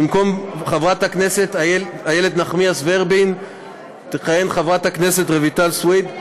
במקום חברת הכנסת איילת נחמיאס ורבין תכהן חברת הכנסת רויטל סויד.